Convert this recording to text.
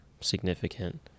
significant